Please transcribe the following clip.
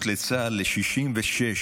ההתנדבות לצה"ל ל-66.